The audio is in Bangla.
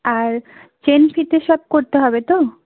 আর চেন ফিতে সব করতে হবে তো